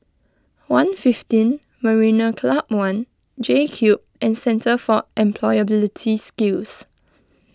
one fifteen Marina Club one JCube and Centre for Employability Skills